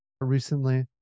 recently